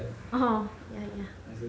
oh ya ya